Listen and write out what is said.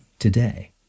today